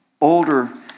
older